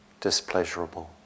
displeasurable